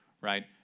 Right